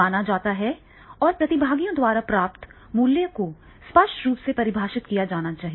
माना जाता है और प्रतिभागियों द्वारा प्राप्त मूल्यों को स्पष्ट रूप से परिभाषित किया जाना चाहिए